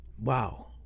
Wow